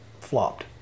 flopped